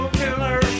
killer